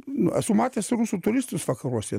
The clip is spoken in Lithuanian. n esu matęs rusų turistus vakaruose